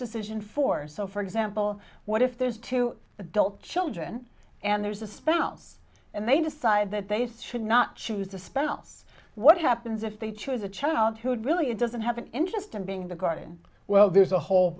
decision for so for example what if there's two adult children and there's a spouse and they decide that they should not choose the special what happens if they choose a child who would really it doesn't have an interest in being the guardian well there's a whole